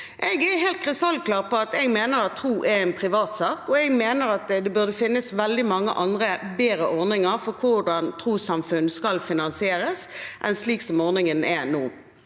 Jeg er helt krystallklar på at jeg mener at tro er en privatsak, og jeg mener at det burde finnes veldig mange andre bedre ordninger for hvordan trossamfunn skal finansieres, enn slik som ordningen er nå.